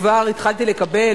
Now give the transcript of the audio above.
אני כבר התחלתי לקבל,